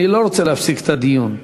אני לא רוצה להפסיק את הדיון.